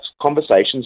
conversations